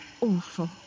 awful